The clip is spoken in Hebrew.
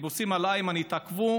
החיפושים של איימן התעכבו